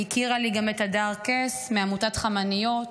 היא הכירה לי גם את הדר קס מעמותת חמניות.